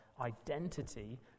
identity